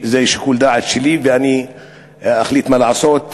זה שיקול דעת שלי ואני אחליט מה לעשות,